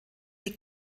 die